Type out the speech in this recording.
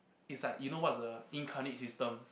it's like you know what's the incarnate system